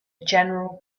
general